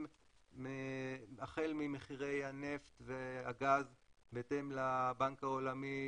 החל ממחירי הנפט והגז בהתאם לבנק העולמי,